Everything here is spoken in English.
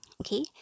okay